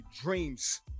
dreams